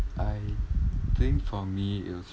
I think for me it was